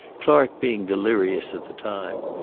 clark being delirious at the time,